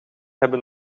hebben